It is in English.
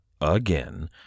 again